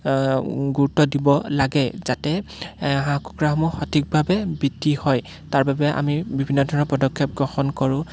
গুৰুত্ব দিব লাগে যাতে হাঁহ কুকুৰাসমূহ সঠিকভাৱে বৃদ্ধি হয় তাৰ বাবে আমি বিভিন্ন ধৰণৰ পদক্ষেপ গ্ৰহণ কৰোঁ